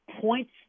points